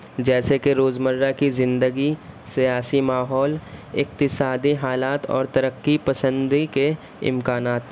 جیسے کہ روزمرہ کی زندگی سیاسی ماحول اقتصادی حالات اور ترقی پسندی کے امکانات